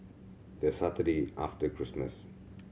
the Saturday after Christmas